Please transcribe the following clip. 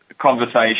conversation